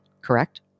correct